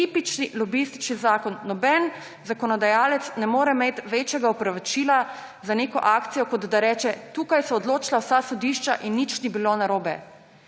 tipični lobistični zakon, noben zakonodajalec ne more imeti večjega opravičila za neko akcijo, kot da reče, da tako so odločila vsa sodišča in nič ni bilo narobe.